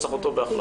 צריך אותו בהחלטות.